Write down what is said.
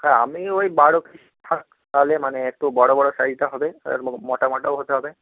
হ্যাঁ আমি ওই বারো তাহলে মানে একটু বড়ো বড়ো সাইজটা হবে আর মোটা মোটাও হতে হবে